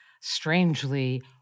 strangely